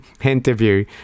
interview